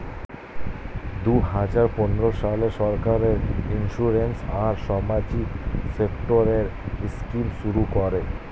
দুই হাজার পনেরো সালে সরকার ইন্সিওরেন্স আর সামাজিক সেক্টরের স্কিম শুরু করে